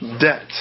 debt